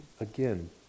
again